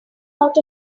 out